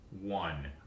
one